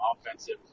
offensive